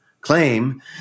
claim